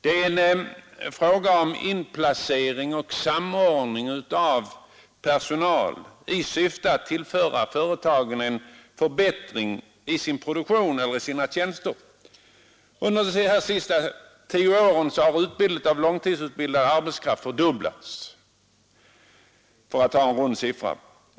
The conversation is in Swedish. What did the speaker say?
Det är en fråga om inplacering och samordning av personal i syfte att tillföra företagen en förbättring i deras produktion eller i deras tjänster. Under de senaste tio åren har utbudet av långtidsutbildad arbetskraft fördubblats.